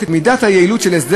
ההסדר